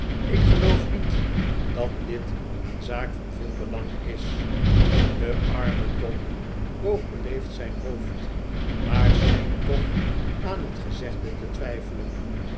ik geloof niet dat dit een zaak van veel belang is de arme tom boog beleefd zijn hoofd maar scheen toch aan het gezegde te twijfelen